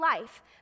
life